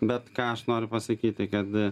bet ką aš noriu pasakyti kad